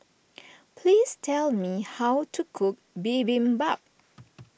please tell me how to cook Bibimbap